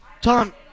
Tom